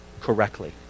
correctly